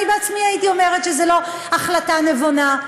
אני בעצמי הייתי אומרת שזו לא החלטה נבונה.